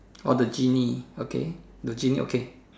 orh the gennie okay the gennie okay